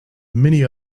many